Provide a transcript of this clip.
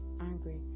angry